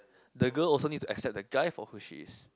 the girl also needs to accept the guy for who she is